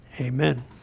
amen